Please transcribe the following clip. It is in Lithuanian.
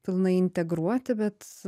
pilnai integruoti bet